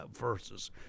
versus